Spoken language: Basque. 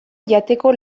jateko